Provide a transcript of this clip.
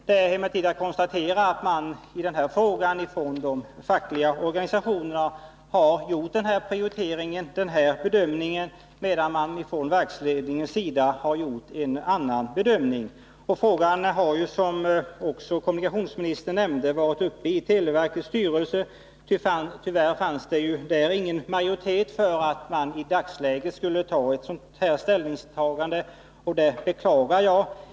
Det är emellertid att konstatera att man i denna fråga från de fackliga organisationernas sida har bedömt att en sådan prioritering skall göras, medan man från verksledningens sida har gjort en annan bedömning. Frågan har ju, som också kommunikationsministern nämnde, varit uppe i televerkets styrelse. Tyvärr fanns det där ingen majoritet för att man i dagsläget skulle göra ett sådant ställningstagande, och det beklagar jag.